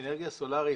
אנרגיה סולרית,